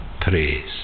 praise